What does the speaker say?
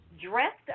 dressed